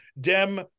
Dem